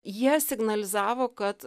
jie signalizavo kad